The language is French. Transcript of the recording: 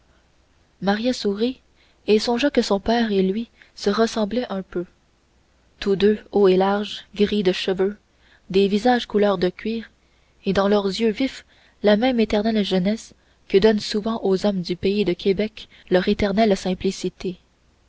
maria sourit et songea que son père et lui se ressemblaient un peu tous deux hauts et larges gris de cheveux des visages couleur de cuir et dans leurs yeux vifs la même éternelle jeunesse que donne souvent aux hommes du pays de québec leur éternelle simplicité